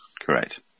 correct